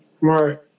Right